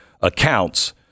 accounts